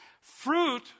Fruit